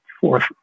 fourth